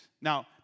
Now